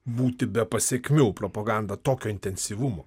būti be pasekmių propoganda tokio intensyvumo